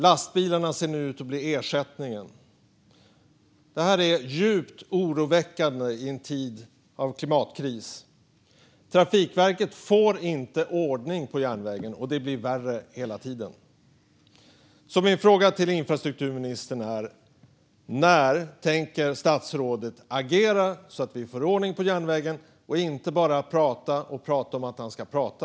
Lastbilarna ser nu ut att bli ersättningen. Det här är djupt oroväckande i en tid av klimatkris. Trafikverket får inte ordning på järnvägen, och det blir värre hela tiden. Min fråga till infrastrukturministern är: När tänker statsrådet agera så att det blir ordning på järnvägen, i stället för att bara prata och prata om att han ska prata?